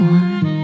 one